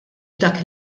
dak